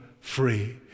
free